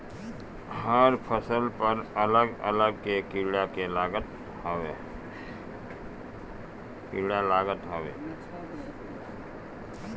हर फसल पर अलग अलग तरह के कीड़ा लागत हवे